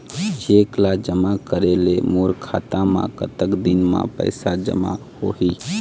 Cheque ला जमा करे ले मोर खाता मा कतक दिन मा पैसा जमा होही?